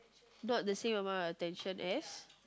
not the same amount of attention as